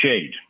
shade